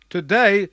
Today